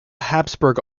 habsburg